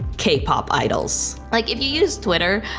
k-pop idols. like if you use twitter,